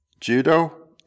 Judo